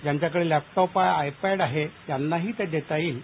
ज्यांच्याकडे laptop iPad आहेत त्यांनाही ती देता येईल